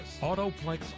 Autoplex